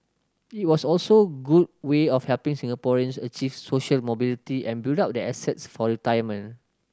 it was also good way of helping Singaporeans achieve social mobility and build up their assets for retirement